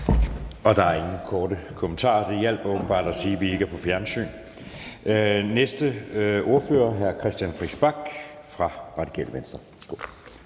Der er ingen korte bemærkninger. Det hjalp åbenbart at sige, at vi ikke er på tv. Næste ordfører er hr. Christian Friis Bach fra Radikale Venstre.